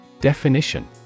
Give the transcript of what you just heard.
Definition